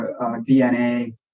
DNA